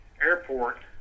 airport